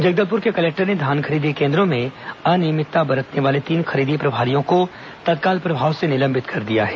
जगदलपुर के कलेक्टर ने धान खरीदी केन्द्रों में अनियमितता बरतने वाले तीन खरीदी प्रभारियों को तत्काल प्रभाव से निलंबित कर दिया है